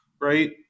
right